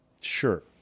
Sure